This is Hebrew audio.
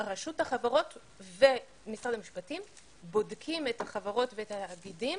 רשות החברות ומשרד המשפטים בודקים את החברות ואת התאגידים